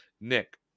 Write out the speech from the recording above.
Nick